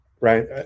right